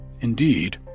Indeed